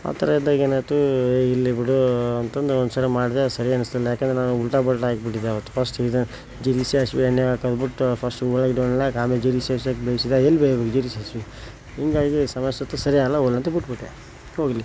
ಆ ಥರ ಇದ್ದಾಗ ಏನಾಯ್ತು ಇರಲಿ ಬಿಡು ಅಂತಂದು ಒಂದು ಸಲ ಮಾಡಿದೆ ಸರಿ ಅನಿಸ್ಲಿಲ್ಲ ಯಾಕಂದರೆ ನಾ ಉಲ್ಟಾ ಪಲ್ಟಾ ಹಾಕ್ಬಿಟ್ಟಿದ್ದೆ ಅವತ್ತು ಫಸ್ಟ್ ಇದು ಜೀರ್ಗೆ ಸಾಸ್ವೆ ಎಣ್ಣೆ ಹಾಕೋದ್ಬಿಟ್ಟು ಫಸ್ಟ್ ಉಳ್ಳಗಡ್ಡಿ ಅವನ್ನೆಲ್ಲ ಹಾಕಿ ಆಮ್ಯಾಲೆ ಜೀರ್ಗೆ ಸಾಸ್ವೆ ಹಾಕಿ ಬೇಯಿಸಿದೆ ಎಲ್ಲಿ ಬೇಯಬೇಕು ಜೀರ್ಗೆ ಸಾಸ್ವೆ ಹೀಗಾಗಿ ಸಮ ಸತಿ ಸರಿಯಾಗಲ್ಲ ಹೋಗ್ಲಿ ಅಂತ ಬಿಟ್ಟುಬಿಟ್ಟೆ ಹೋಗಲಿ